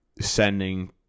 sending